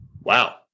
Wow